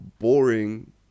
boring